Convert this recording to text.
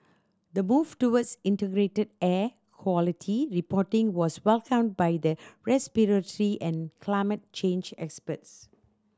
the move towards integrated air quality reporting was welcomed by the respiratory and climate change experts